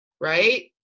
right